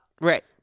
Right